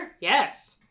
Yes